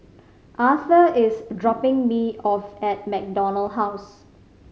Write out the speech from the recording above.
Arthur is dropping me off at MacDonald House